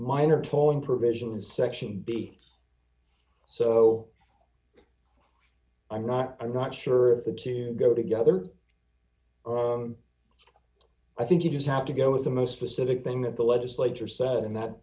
minor tolling provision in section b so i'm not i'm not sure if the two go together or are i think you just have to go with the most specific thing that the legislature said and that